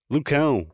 Lucão